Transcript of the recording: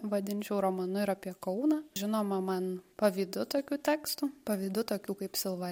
vadinčiau romanu ir apie kauną žinoma man pavydu tokių tekstų pavydu tokių kaip silva